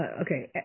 Okay